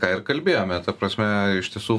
ką ir kalbėjome ta prasme iš tiesų